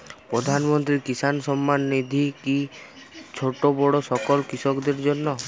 প্রধানমন্ত্রী কিষান সম্মান নিধি কি ছোটো বড়ো সকল কৃষকের জন্য?